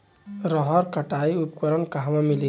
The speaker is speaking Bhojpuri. रहर कटाई उपकरण कहवा मिली?